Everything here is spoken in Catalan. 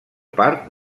part